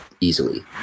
easily